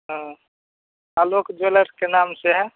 हाँ आलोक ज्वैलर्स के नाम से है